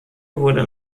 wurde